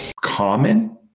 common